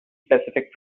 specific